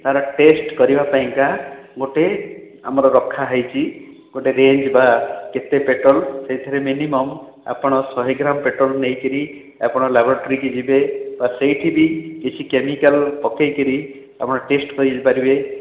ତା ର ଟେଷ୍ଟ କରିବାପାଇଁକା ଗୋଟେ ଆମର ରଖା ହେଇଛି ଗୋଟେ ରେଞ୍ଜ ବା କେତେ ପେଟ୍ରୋଲ୍ ସେଥିରେ ମିନିମମ୍ ଆପଣ ଶହେ ଗ୍ରାମ ପେଟ୍ରୋଲ୍ ନେଇକିରି ଆପଣ ଲାବ୍ରୋଟରୀ କି ଯିବେ ଓ ସେଇଠି ବି କିଛି କେମିକାଲ୍ ପକେଇକିରି ଆପଣ ଟେଷ୍ଟ କରିପାରିବେ